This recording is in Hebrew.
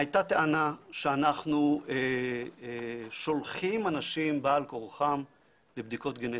הייתה טענה שאנחנו שולחים אנשים בעל כורחם לבדיקות גנטיות,